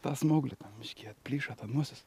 tą smauglį ten biškį atplyšo ta nosis